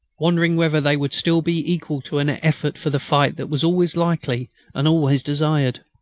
wondering whether they would still be equal to an effort for the fight that was always likely and always desired.